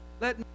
Let